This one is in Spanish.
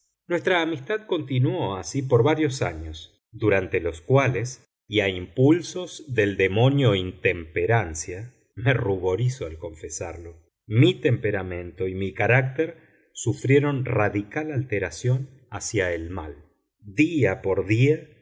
nuestra amistad continuó así por varios años durante los cuales y a impulsos del demonio intemperancia me ruborizo al confesarlo mi temperamento y mi carácter sufrieron radical alteración hacia el mal día por día